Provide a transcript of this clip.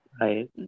Right